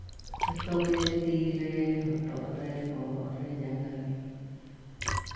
ᱡᱷᱚᱛᱚ ᱜᱮ ᱛᱤ ᱨᱮ ᱦᱚᱴᱚᱜ ᱨᱮ ᱵᱚᱦᱚᱜ ᱨᱮ ᱡᱟᱝᱜᱟ ᱨᱮ